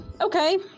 Okay